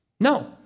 No